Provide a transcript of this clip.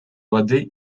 воды